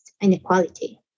inequality